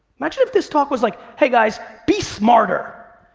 imagine if this talk was like, hey guys, be smarter.